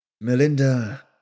Melinda